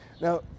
Now